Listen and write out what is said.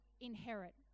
inherit